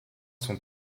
sont